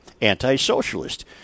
anti-socialist